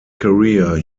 career